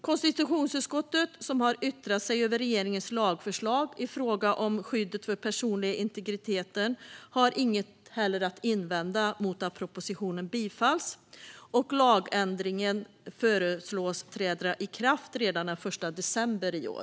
Konstitutionsutskottet, som har yttrat sig över regeringens lagförslag i fråga om skyddet för den personliga integriteten, har inte heller något att invända mot att propositionen bifalls. Lagändringen föreslås träda i kraft redan den 1 december i år.